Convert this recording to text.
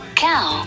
cow